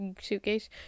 Suitcase